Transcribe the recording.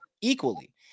equally